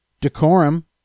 decorum